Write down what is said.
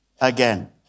again